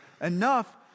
enough